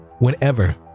Whenever